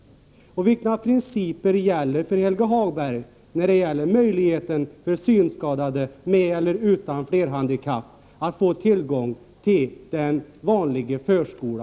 Vilka principer gäller för Helge Hagberg beträffande möjligheten för synskadade med eller utan flerhandikapp att få tillgång till vanlig förskola?